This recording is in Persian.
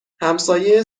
همسایه